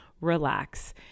RELAX